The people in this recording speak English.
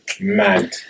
Mad